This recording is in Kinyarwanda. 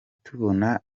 tubona